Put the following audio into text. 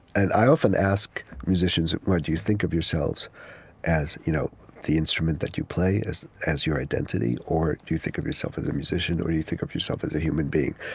and i often ask musicians, do you think of yourselves as you know the instrument that you play, as as your identity? or do you think of yourself as a musician? or do you think of yourself as a human being?